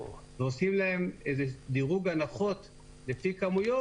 ועושים להם דירוג הנחות לפי כמויות